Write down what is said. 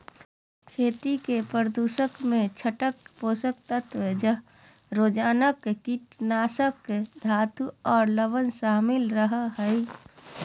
खेती के प्रदूषक मे तलछट, पोषक तत्व, रोगजनक, कीटनाशक, धातु आर लवण शामिल रह हई